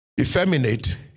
Effeminate